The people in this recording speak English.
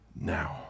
now